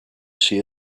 she